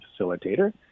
facilitator